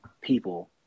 people